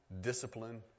discipline